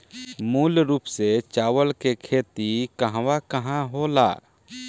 मूल रूप से चावल के खेती कहवा कहा होला?